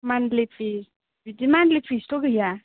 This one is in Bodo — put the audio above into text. मान्टलि पिस बिदि मान्टलि पिसथ' गैया